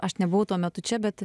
aš nebuvau tuo metu čia bet